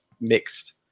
mixed